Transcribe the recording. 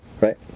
right